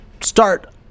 start